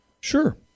sure